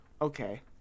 Okay